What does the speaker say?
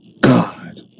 God